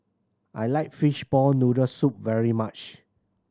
I like fishball noodle soup very much